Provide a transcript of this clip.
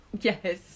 Yes